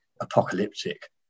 apocalyptic